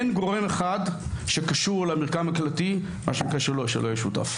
אין גורם אחד שקשור למרקם הקהילתי שלא יהיה שותף.